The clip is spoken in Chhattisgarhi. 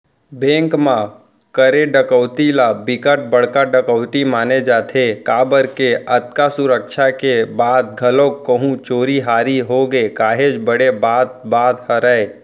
बेंक म करे डकैती ल बिकट बड़का डकैती माने जाथे काबर के अतका सुरक्छा के बाद घलोक कहूं चोरी हारी होगे काहेच बड़े बात बात हरय